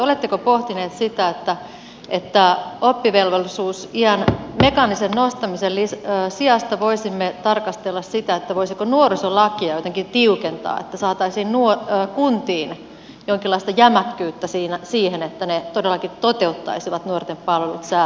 oletteko pohtineet sitä että oppivelvollisuusiän mekaanisen nostamisen sijasta voisimme tarkastella sitä voisiko nuorisolakia jotenkin tiukentaa että saataisiin kuntiin jonkinlaista jämäkkyyttä siihen että ne todellakin toteuttaisivat nuorten palvelut säällisellä tavalla